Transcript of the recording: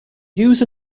use